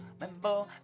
remember